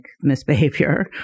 misbehavior